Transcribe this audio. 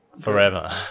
...forever